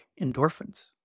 endorphins